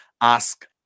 ask